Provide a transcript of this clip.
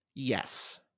Yes